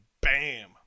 bam